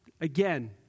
again